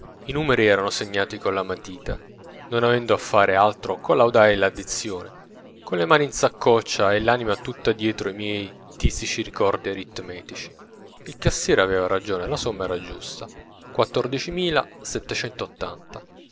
i numeri erano segnati con la matita non avendo a fare altro collaudai l'addizione con le mani in saccoccia e l'anima tutta dietro i miei tisici ricordi aritmetici il cassiere avea ragione la somma era giusta